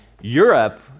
Europe